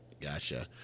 Gotcha